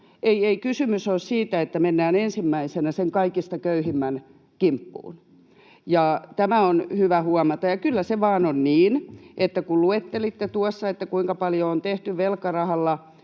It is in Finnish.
Ei kysymys ole siitä, että mennään ensimmäisenä sen kaikista köyhimmän kimppuun. Tämä on hyvä huomata. Ja kyllä se vain on niin, että kun luettelitte tuossa, kuinka paljon on tehty velkarahalla